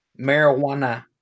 marijuana